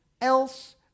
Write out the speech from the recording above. else